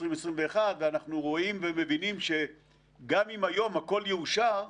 20' 21' ואנחנו רואים ומבינים שגם אם היום הכול יאושר,